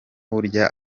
burya